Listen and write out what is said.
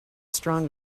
strong